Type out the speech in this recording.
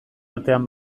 artean